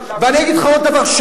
ואני אגיד לך עוד דבר,